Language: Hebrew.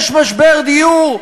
יש משבר דיור,